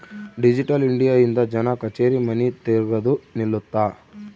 digital India ಇಂದ ಜನ ಕಛೇರಿ ಮನಿ ತಿರ್ಗದು ನಿಲ್ಲುತ್ತ